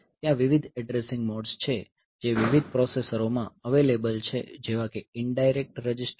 ત્યાં વિવિધ addressing modes છે જે વિવિધ પ્રોસેસરોમાં અવેલેબલ છે જેવાકે ઇનડાયરેક્ટ રજીસ્ટર